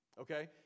Okay